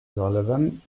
sullivan